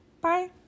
Bye